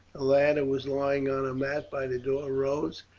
lad, who was lying on a mat by the door, rose.